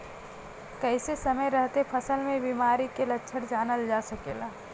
कइसे समय रहते फसल में बिमारी के लक्षण जानल जा सकेला?